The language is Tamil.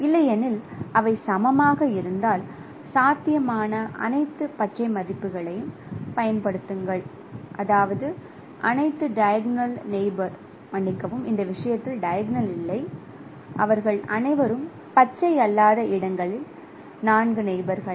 இல்லையெனில் அவை சமமாக இருந்தால் சாத்தியமான அனைத்து பச்சை மதிப்புகளையும் பயன்படுத்துங்கள் அதாவது அனைத்து டைகோனல் நெயிபோர் மன்னிக்கவும் இந்த விஷயத்தில் டைகோனல் இல்லை அவர்கள் அனைவரும் பச்சை அல்லாத இடங்களில் நான்கு நெயிபோர்களே